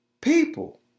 People